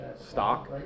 stock